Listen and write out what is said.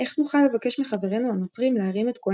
איך נוכל לבקש מחברינו הנוצרים להרים את קולם